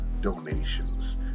donations